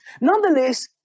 Nonetheless